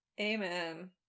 amen